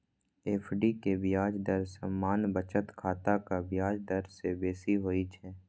FD के ब्याज दर सामान्य बचत खाताक ब्याज दर सं बेसी होइ छै